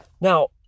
Now